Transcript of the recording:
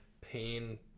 pain